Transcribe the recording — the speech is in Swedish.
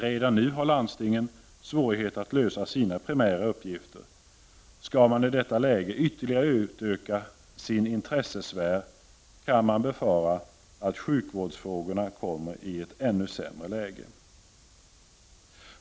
Redan nu har landstingen svårigheter att lösa sina primära uppgifter. Skall de i detta läge ytterligare utöka sin intressesfär kan man befara att sjukvårdsfrågorna kommer i ett ännu sämre läge.